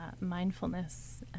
mindfulness